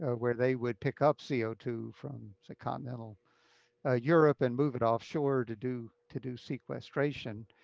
ah where they would pick up c o two from the continental ah europe and move it offshore to do to do sequestration.